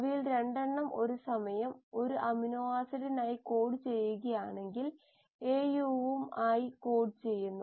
അവയിൽ 2 എണ്ണം ഒരു സമയം ഒരു അമിനോ ആസിഡിനായി കോഡ് ചെയ്യുകയാണെങ്കിൽ A U വും ആയി കോഡ് ചെയ്യുന്നു